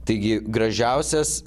taigi gražiausias